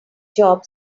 job